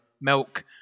milk